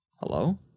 Hello